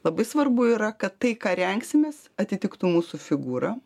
labai svarbu yra kad tai ką rengsimės atitiktų mūsų figūrą